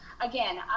Again